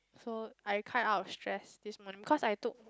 so I cried out of stress this morning because I took